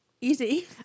easy